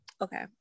okay